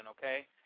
Okay